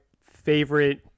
favorite